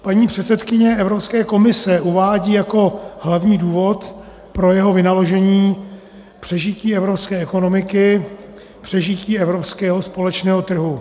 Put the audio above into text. Paní předsedkyně Evropské komise uvádí jako hlavní důvod pro jeho vynaložení přežití evropské ekonomiky, přežití evropského společného trhu.